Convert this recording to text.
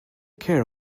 care